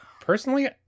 Personally